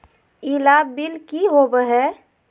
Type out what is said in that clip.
ई लाभ बिल की होबो हैं?